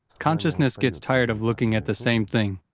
consciousness gets tired of looking at the same thing